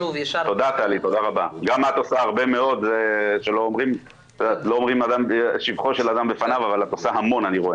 גילו אחר כך שהם נשארו שם ולא רצו להשתלב בחברה.